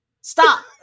stop